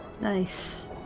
nice